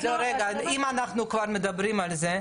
אם אנחנו כבר מדברים על זה,